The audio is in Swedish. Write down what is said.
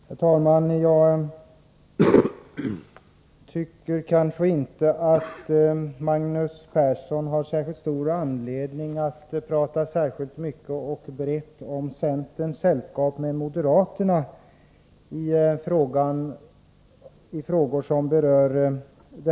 Herr talman! Jag tycker kanske inte att Magnus Persson har så stor anledning att tala särskilt brett och mycket om centerns sällskap med moderaterna i de frågor som vi diskuterar nu.